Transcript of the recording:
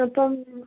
അപ്പം